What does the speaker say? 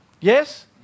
Yes